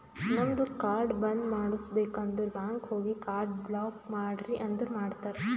ನಮ್ದು ಕಾರ್ಡ್ ಬಂದ್ ಮಾಡುಸ್ಬೇಕ್ ಅಂದುರ್ ಬ್ಯಾಂಕ್ ಹೋಗಿ ಕಾರ್ಡ್ ಬ್ಲಾಕ್ ಮಾಡ್ರಿ ಅಂದುರ್ ಮಾಡ್ತಾರ್